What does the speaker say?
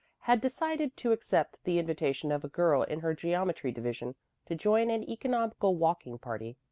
had decided to accept the invitation of a girl in her geometry division to join an economical walking party.